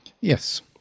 Yes